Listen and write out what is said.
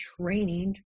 training